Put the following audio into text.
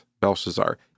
Belshazzar